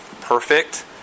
perfect